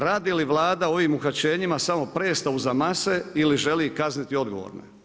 Radi li Vlada ovim uhićenjima samo predstavu za mase ili želi kazniti odgovorne?